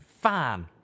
Fan